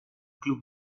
club